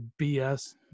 BS